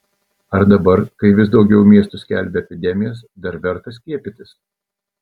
ar dabar kai vis daugiau miestų skelbia epidemijas dar verta skiepytis